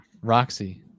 Roxy